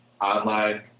online